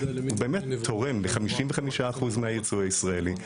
הוא באמת תורם ל-55% מהייצוא הישראלי,